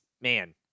man